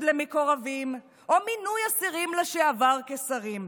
למקורבים או מינוי אסירים לשעבר כשרים.